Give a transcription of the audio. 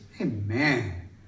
amen